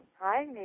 Hi